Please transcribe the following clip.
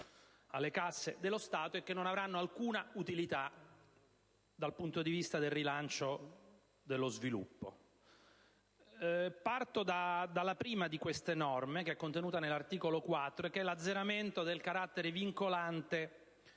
alle casse dello Stato e non avranno alcuna utilità dal punto di vista del rilancio dello sviluppo. Parto dalla prima di queste norme, contenuta nell'articolo 4, che riguarda l'azzeramento del carattere vincolante